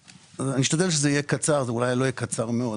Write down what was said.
אני אשתדל לדבר בקצרה למרות שאולי לא אהיה קצר מאוד.